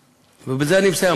ובזה אני מסיים.